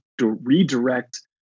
redirect